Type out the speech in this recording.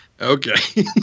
Okay